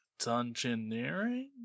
Dungeoneering